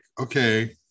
okay